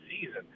season